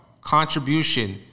contribution